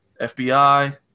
FBI